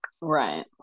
right